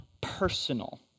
personal